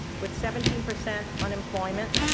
with seventeen percent unemployment,